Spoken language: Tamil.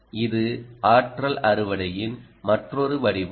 இது ஆற்றல் அறுவடையின் மற்றொரு வடிவம்